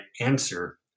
answer